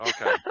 Okay